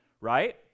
right